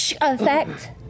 effect